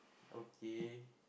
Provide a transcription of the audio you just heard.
okay